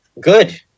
Good